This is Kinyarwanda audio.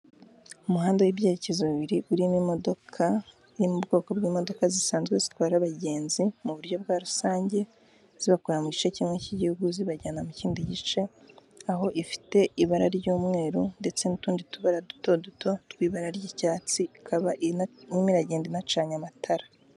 Umuhanda w'ibyerekezo bibiri urimo imodoka yo mu bwoko bw'imodoka zisanzwe zitwara abagenzi mu buryo bwa rusange zibakura mu gice kimwe cy'igihugu zibajyana mu kindi gice aho ifite ibara ry'umweru ndetse n'utundi tubara duto duto tw'ibara ry'icyatsi ikaba irimo iragenda inacanye amatara.